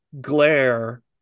glare